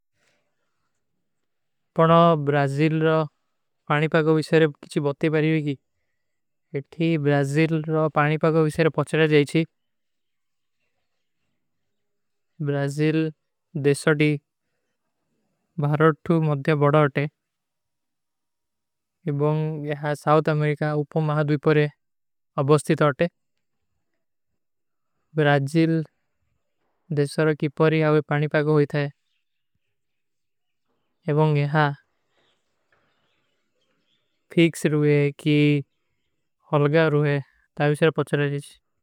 ପଣ ବ୍ରାଜିଲ ରୋ ପାନୀ ପାଗୋ ଵିଶେରେ କିଛୀ ବତତେ ପାରୀ ରୂଗୀ। ଇଠୀ ବ୍ରାଜିଲ ରୋ ପାଣୀ ପାଗୋ ଵିଶେରେ ପଚ୍ଚରା ଜାଈଚୀ। ବ୍ରାଜିଲ ଦେଶୋଡୀ ଭାରୋଟ୍ଥୂ ମଧ୍ଯା ବଡା ଅଟେ। ଏବଂଗ ଯହାଁ ସାଉଥ ଅମେରିକା ଉପୋ ମହାଦ୍ଵିପରେ ଅବସ୍ତିତ ଆଟେ। ବ୍ରାଜିଲ ଦେଶୋଡା କୀ ପାରୀ ଆଵେ ପାଣୀ ପାଗୋ ହୁଈ ଥାଏ। ଏବଂଗ ଯହାଁ ଫିକ୍ସ ରୂଏ କୀ ହଲଗା ରୂଏ ତାଵିଶେର ପଚ୍ଚରା ଜୀଶ।